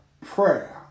prayer